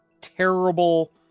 terrible